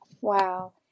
Wow